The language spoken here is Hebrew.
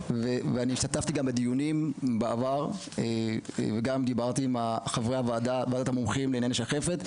השתתפתי גם בדיונים בעבר ודיברתי עם חברי ועדת המומחים לענייני שחפת.